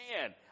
man